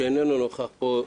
שאיננו נוכח פה,